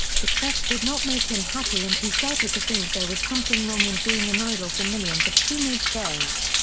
success did not make him happy and he started to think there was something wrong in being an idol for millions of teenage girls.